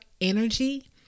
energy